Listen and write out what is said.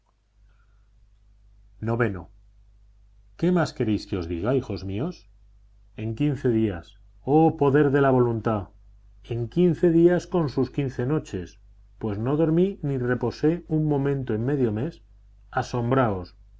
qué más queréis que os diga hijos míos en quince días oh poder de la voluntad en quince días con sus quince noches pues no dormí ni reposé un momento en medio mes asombraos en quince días